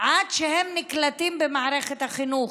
עד שהם נקלטים במערכת החינוך.